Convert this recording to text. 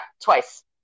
twice